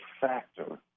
factor